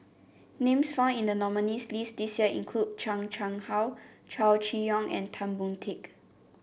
names found in the nominees' list this year include Chan Chang How Chow Chee Yong and Tan Boon Teik